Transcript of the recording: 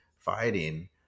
fighting